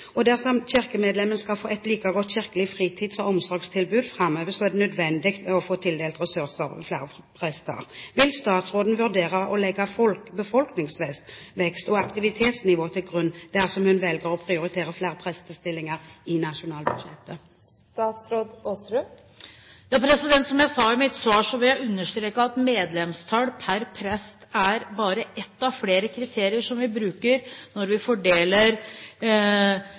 kirkemedlemmene skal få et like godt kirkelig fritids- og omsorgstilbud framover, er det nødvendig å få tildelt ressurser til flere prester. Vil statsråden vurdere å legge befolkningsvekst og aktivitetsnivå til grunn dersom hun velger å prioritere bevilgninger til flere prestestillinger i nasjonalbudsjettet? Som jeg sa i mitt svar: Medlemstall per prest er bare ett av flere kriterier når vi